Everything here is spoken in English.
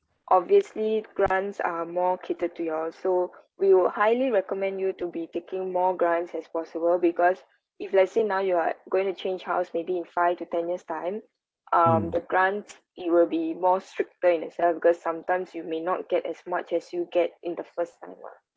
obviously grants are more catered to you all so we will highly recommend you to be taking more grants as possible because if let's say now you are going to change house maybe in five to ten years time um the grant it will be more stricter in a sense because sometimes you may not get as much as you get in the first time ah